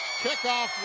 kickoff